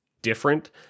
Different